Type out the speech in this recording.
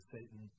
Satan